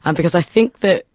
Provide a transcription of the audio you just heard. and because i think that,